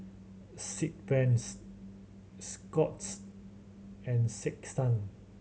Sigvaris Scott's and Sick Sun